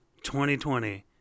2020